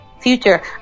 future